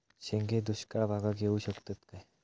शेंगे दुष्काळ भागाक येऊ शकतत काय?